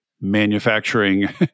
manufacturing